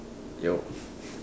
yo